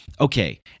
Okay